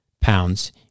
pounds